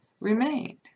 remained